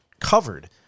covered